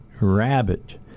rabbit